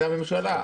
זו הממשלה.